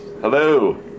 Hello